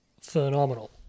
phenomenal